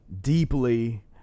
deeply